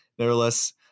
Nevertheless